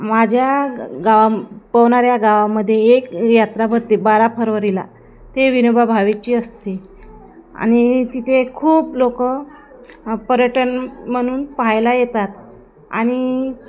माझ्या गावा पोहनाऱ्या गावामध्ये एक यात्रा भरते बारा फरवरीला ते विनोबा भावेची असते आणि तिथे खूप लोकं पर्यटन म्हणून पाहायला येतात आणि